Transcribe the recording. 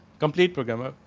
complete program a,